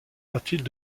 fertiles